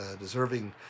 deserving